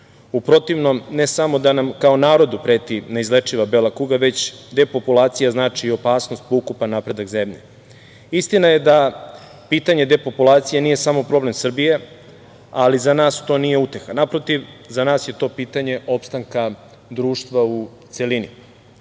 U protivnom, ne samo da nam kao narodu preti, neizlečiva bela kuga, već depopulacija znači opasnost po ukupan napredak zemlje. Istina je da pitanje depopulacije nije samo problem Srbije, ali za nas to nije uteha. Naprotiv, za nas je to pitanje opstanka društva u celini.